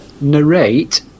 narrate